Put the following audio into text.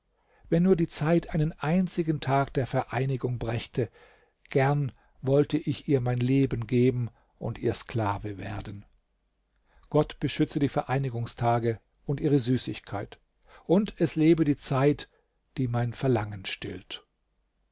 wenn nur die zeit einen einzigen tag der vereinigung brächte gern wollte ich ihr mein leben geben und ihr sklave werden gott beschütze die vereinigungstage und ihre süßigkeit und es lebe die zeit die mein verlangen stillt